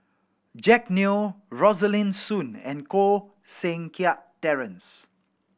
Jack Neo Rosaline Soon and Koh Seng Kiat Terence